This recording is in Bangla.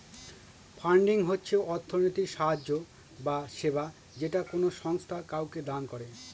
ফান্ডিং হচ্ছে অর্থনৈতিক সাহায্য বা সেবা যেটা কোনো সংস্থা কাউকে দান করে